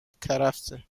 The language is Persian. کرفسه